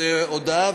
זו הודעה,